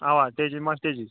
اَوا تیجی مَستیجی